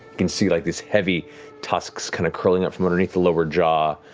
can see like these heavy tusks kind of curling up from underneath the lower jaw.